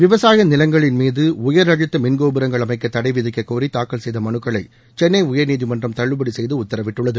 விவசாய நிலங்களின் மீது உயர்அழுத்த மின்கோபுரங்கள் அமைக்க தடை விதிக்க கோரி தாக்கல் செய்த மனுக்களை சென்னை உயா்நீதிமன்றம் தள்ளுபடி செய்து உக்தரவிட்டுள்ளது